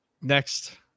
next